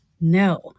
No